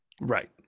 Right